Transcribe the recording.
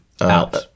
out